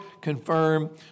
confirm